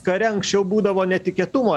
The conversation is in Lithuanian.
kare anksčiau būdavo netikėtumo